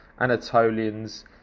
Anatolians